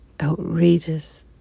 outrageous